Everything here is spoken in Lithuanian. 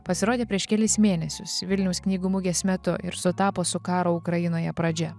pasirodė prieš kelis mėnesius vilniaus knygų mugės metu ir sutapo su karo ukrainoje pradžia